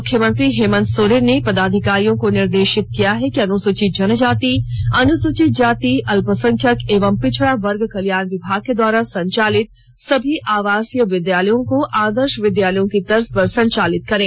मुख्यमंत्री हेमंत सोरेन ने पदाधिकारियों को निर्देशित किया कि अनुसूचित जनजाति अनुसूचित जाति अल्पसंख्यक एवं पिछड़ा वर्ग कल्याण विभाग द्वारा संचालित सभी आवासीय विद्यालयों को आदर्श विद्यालयों की तर्ज पर संचालित करें